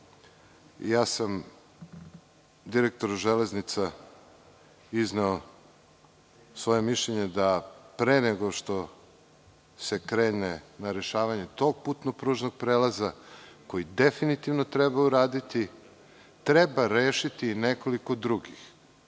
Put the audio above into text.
sam direktoru „Železnica“ izneo svoje mišljenje da pre nego što se krene na rešavanje tog putno-pružnog prelaza, koji definitivno treba uraditi, treba rešiti nekoliko drugih,